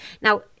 now